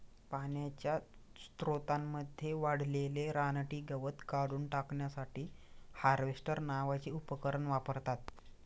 पाण्याच्या स्त्रोतांमध्ये वाढलेले रानटी गवत काढून टाकण्यासाठी हार्वेस्टर नावाचे उपकरण वापरतात